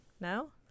No